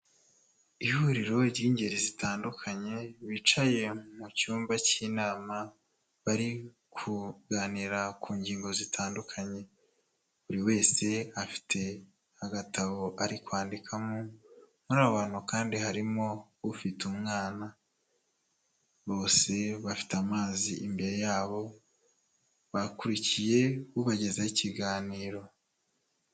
Ihuriro ry'ingeri zitandukanye, bicaye mu cyumba cy'inama, bari kuganira ku ngingo zitandukanye, buri wese afite agatabo ari kwandikamo , muri abo abantu kandi harimo ufite umwana, bose bafite amazi imbere yabo, bakurikiye ubagezaho ikiganiro.